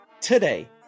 Today